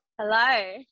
hello